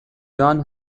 john